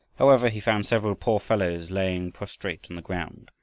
however, he found several poor fellows lying prostrate on the ground,